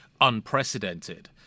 unprecedented